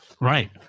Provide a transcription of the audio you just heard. Right